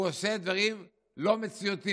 הוא עשה דברים לא מציאותיים,